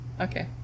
okay